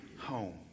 home